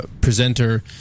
presenter